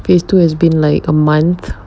phase two has been like a month